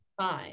fine